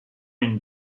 une